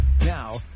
Now